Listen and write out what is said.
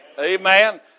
Amen